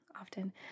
often